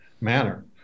manner